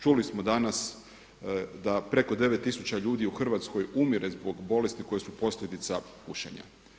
Čuli smo danas da preko 9000 ljudi u Hrvatskoj umire zbog bolesti koje su posljedica pušenja.